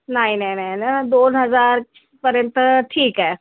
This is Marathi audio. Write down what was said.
नाही नाही नाही ना दोन हजारपर्यंत ठीक आहे